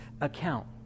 account